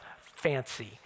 fancy